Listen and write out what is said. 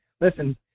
Listen